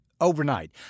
overnight